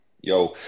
yo